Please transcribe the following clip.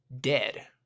dead